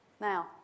Now